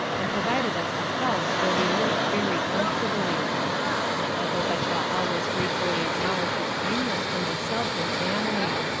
and provided us a house where we lived very comfortably i hope i shall always gratefully acknowledge his kindness to myself and family.